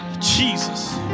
Jesus